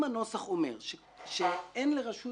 אם הנוסח אומר שאין לרשות